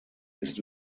ist